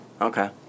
Okay